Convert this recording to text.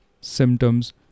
symptoms